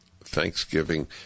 Thanksgiving